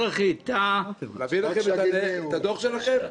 להביא לכם את הדוח שלכם?